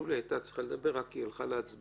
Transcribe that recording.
שולי הייתה צריכה לדבר, היא הלכה להצבעה.